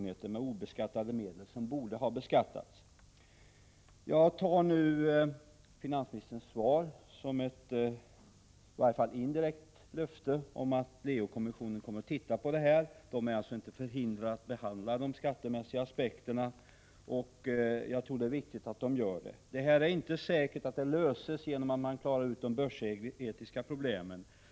Det gäller då medel som är obeskattade men som borde vara beskattade. Jag uppfattar finansministerns svar som ett i varje fall indirekt löfte om att Leo-kommissionen kommer att titta på dessa frågor. Den är alltså inte förhindrad att beakta de skattemässiga aspekterna i detta sammanhang. Jag tror att det är viktigt att man gör det. Det är dock inte säkert att problemen löses enbart genom att den börsetiska frågan klaras ut.